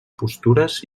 postures